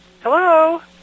Hello